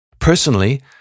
personally